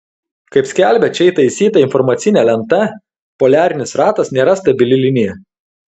kaip skelbia čia įtaisyta informacinė lenta poliarinis ratas nėra stabili linija